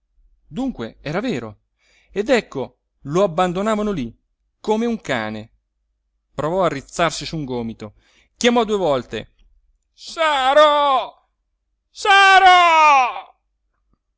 dunque era vero ed ecco lo abbandonavano lí come un cane provò a rizzarsi su un gomito chiamò due volte saro saro